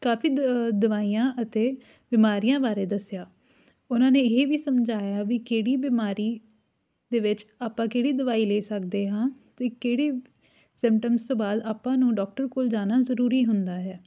ਕਾਫੀ ਦਵ ਦਵਾਈਆਂ ਅਤੇ ਬਿਮਾਰੀਆਂ ਬਾਰੇ ਦੱਸਿਆ ਉਨ੍ਹਾਂ ਨੇ ਇਹ ਵੀ ਸਮਝਾਇਆ ਵੀ ਕਿਹੜੀ ਬਿਮਾਰੀ ਦੇ ਵਿੱਚ ਆਪਾਂ ਕਿਹੜੀ ਦਵਾਈ ਲੈ ਸਕਦੇ ਹਾਂ ਅਤੇ ਕਿਹੜੇ ਸਿਮਟਮਸ ਤੋਂ ਬਾਅਦ ਆਪਾਂ ਨੂੰ ਡਾਕਟਰ ਕੋਲ ਜਾਣਾ ਜ਼ਰੂਰੀ ਹੁੰਦਾ ਹੈ